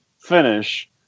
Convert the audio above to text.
finish